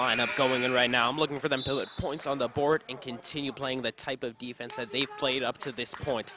lineup going on right now i'm looking for them to let points on the board and continue playing the type of defense said they played up to this point